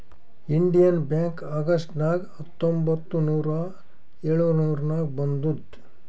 Indian Bank August ನಾಗ್ ಹತ್ತೊಂಬತ್ತ್ ನೂರಾ ಎಳುರ್ನಾಗ್ ಬಂದುದ್